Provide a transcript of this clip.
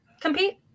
compete